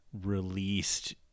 released